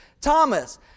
Thomas